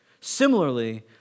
similarly